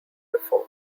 before